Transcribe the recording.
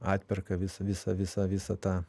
atperka visą visą visą visą tą